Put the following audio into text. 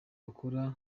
yakora